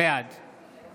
בעד